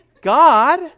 God